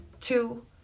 two